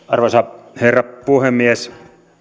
arvoisa herra puhemies